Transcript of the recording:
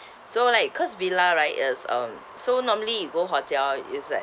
so like cause villa right is um so normally you go hotel is like